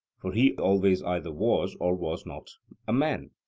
for he always either was or was not a man?